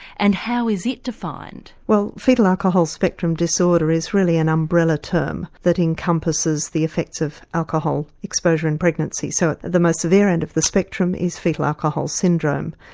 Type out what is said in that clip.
and how is it defined? well foetal alcohol spectrum disorder is really an umbrella term that encompasses the effects of alcohol exposure in pregnancy. so at the most severe end of the spectrum is foetal alcohol syndrome.